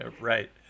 Right